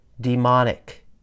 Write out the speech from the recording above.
demonic